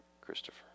Christopher